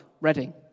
Reading